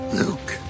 luke